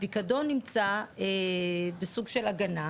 הפיקדון נמצא בסוג של הגנה,